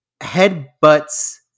headbutts